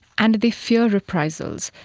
and they fear reprisals.